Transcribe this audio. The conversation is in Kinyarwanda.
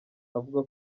avuga